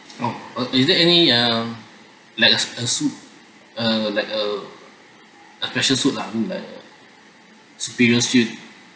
oh uh is there any uh like a a suite uh like a special suite lah I mean like superior suite